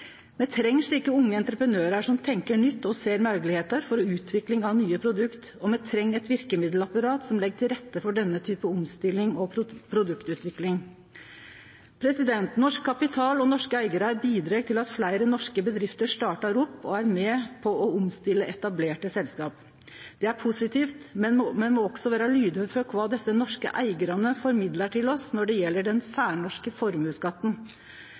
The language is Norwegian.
Me treng slike unge entreprenørar som tenkjer nytt og ser moglegheiter for utvikling av nye produkt, og me treng eit verkemiddelapparat som legg til rette for denne typen omstilling og produktutvikling. Norsk kapital og norske eigarar bidreg til at fleire norske bedrifter startar opp og er med på å omstille etablerte selskap. Det er positivt, men me må også vere lydhøyre for kva desse norske eigarane formidlar til oss når det gjeld den særnorske formuesskatten.